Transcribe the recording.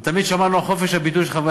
ותמיד שמרנו על חופש הביטוי של חברי